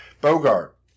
Bogart